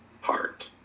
heart